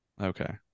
Okay